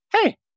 hey